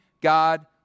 God